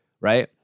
right